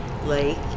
Lake